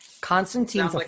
Constantine